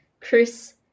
Chris